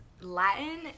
Latin